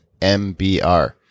MBR